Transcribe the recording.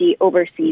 overseas